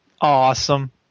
awesome